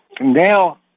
now